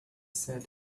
said